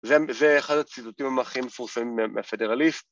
‫זה אחד הציטוטים ‫מכי מפורסמים מהפדרליסט